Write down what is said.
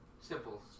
Simple